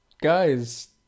guy's